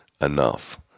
enough